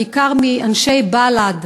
בעיקר מאנשי בל"ד,